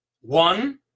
one